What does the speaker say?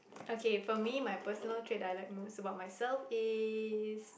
okay for me my personal trait that I like most about myself is